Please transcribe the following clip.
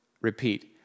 repeat